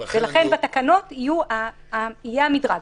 לכן בתקנות יהיה המדרג.